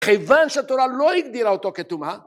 ‫כיוון שהתורה ‫לא הגדירה אותו כטומעה.